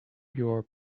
your